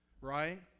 right